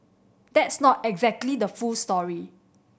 that's not exactly the full story